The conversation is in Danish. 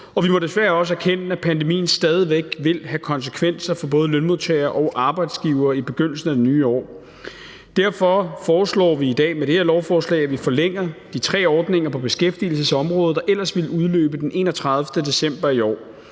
og vi må desværre også erkende, at pandemien stadig væk vil have konsekvenser for både lønmodtagere og arbejdsgivere i begyndelsen af det nye år. Derfor foreslår vi i dag med det her lovforslag, at vi forlænger de tre ordninger på beskæftigelsesområdet, der ellers ville udløbe den 31. december i år.